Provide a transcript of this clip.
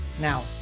Now